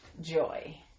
joy